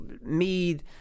Mead